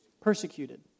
Persecuted